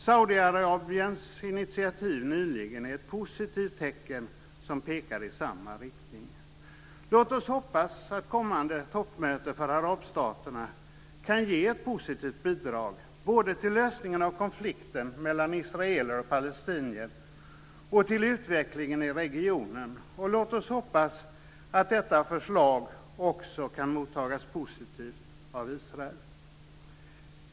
Saudiarabiens initiativ nyligen är ett positivt tecken som pekar i samma riktning. Låt oss hoppas att kommande toppmöte för arabstaterna kan ge ett positivt bidrag, både till lösningen av konflikten mellan israeler och palestinier och till utvecklingen i regionen. Låt oss hoppas att detta förslag också kan mottas positivt av Israel.